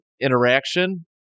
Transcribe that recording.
interaction